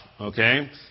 okay